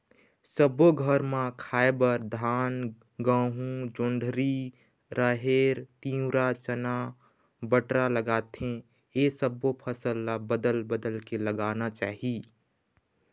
सब्बो घर म खाए बर धान, गहूँ, जोंधरी, राहेर, तिंवरा, चना, बटरा लागथे ए सब्बो फसल ल बदल बदल के लगाना चाही